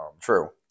True